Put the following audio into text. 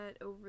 over